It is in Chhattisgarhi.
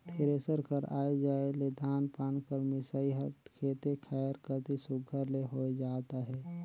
थेरेसर कर आए जाए ले धान पान कर मिसई हर खेते खाएर कती सुग्घर ले होए जात अहे